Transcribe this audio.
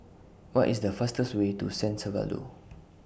What IS The fastest Way to San Salvador